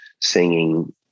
singing